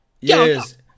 Yes